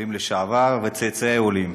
עולים לשעבר וצאצאי עולים,